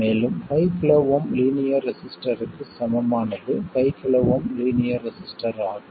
மேலும் 5 KΩ linear ரெசிஸ்டர்க்கு சமமானது 5 KΩ லீனியர் ரெசிஸ்டர் ஆகும்